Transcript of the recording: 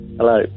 Hello